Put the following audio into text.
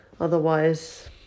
otherwise